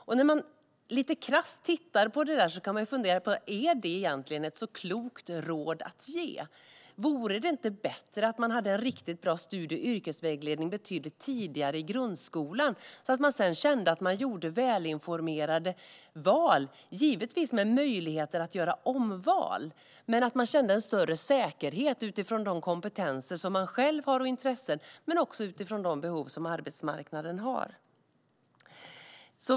Om man lite krasst tittar på detta kan man fundera på om det egentligen är ett så klokt råd att ge. Vore det inte bättre att ha en riktigt bra studie och yrkesvägledning betydligt tidigare i grundskolan, så att eleverna känner att de gör välinformerade val - givetvis med möjlighet att göra omval? Det handlar om att känna en större säkerhet utifrån de kompetenser och intressen eleven själv har och utifrån de behov arbetsmarknaden har.